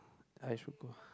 I should go